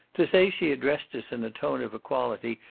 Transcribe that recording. to say she addressed us in a tone of equality,